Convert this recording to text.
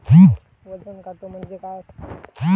वजन काटो म्हणजे काय असता?